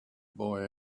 boy